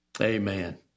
amen